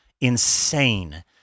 insane